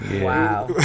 Wow